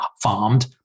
farmed